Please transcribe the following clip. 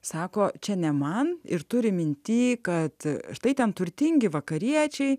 sako čia ne man ir turi mintyje kad štai ten turtingi vakariečiai